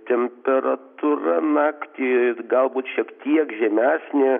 temperatūra naktį galbūt šiek tiek žemesnė